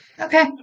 Okay